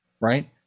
right